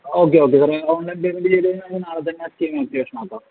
okay okay sir നിങ്ങള് online payment ചെയ്ത് കഴിഞ്ഞാൽ നമ്മള് നാളെ തന്നെ സ്കീം ആക്റ്റിവേഷൻ ആക്കാം